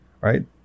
right